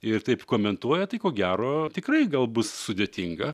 ir taip komentuoja tai ko gero tikrai gal bus sudėtinga